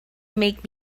make